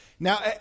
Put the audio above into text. Now